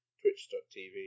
twitch.tv